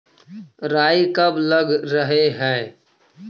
राई कब लग रहे है?